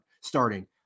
starting